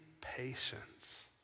patience